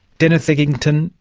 dennis eggington,